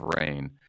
rain